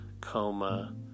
Coma